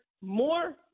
more